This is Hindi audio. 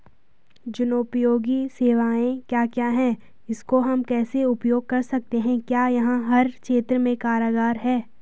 जनोपयोगी सेवाएं क्या क्या हैं इसको हम कैसे उपयोग कर सकते हैं क्या यह हर क्षेत्र में कारगर है?